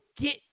get